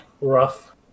rough